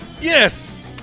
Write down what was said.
Yes